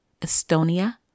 Estonia